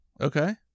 Okay